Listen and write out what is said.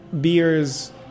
beers